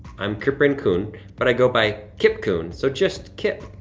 i'm kiprian coon but i go by kip coon, so just kip.